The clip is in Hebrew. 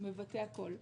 זה מבטא הכול.